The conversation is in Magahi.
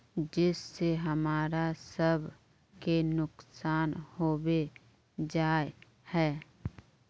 जिस से हमरा सब के नुकसान होबे जाय है?